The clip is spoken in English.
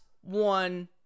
one